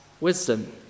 wisdom